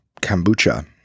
kombucha